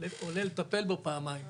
עולה לטפל בו פעמיים.